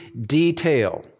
detail